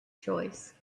choice